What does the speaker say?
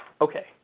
Okay